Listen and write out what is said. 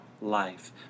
life